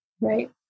right